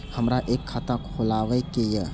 हमरा एक खाता खोलाबई के ये?